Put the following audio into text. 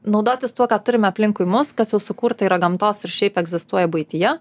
naudotis tuo ką turime aplinkui mus kas jau sukurta yra gamtos ir šiaip egzistuoja buityje